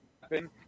happen